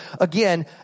again